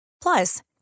Plus